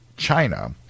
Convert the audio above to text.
china